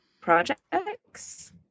projects